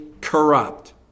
corrupt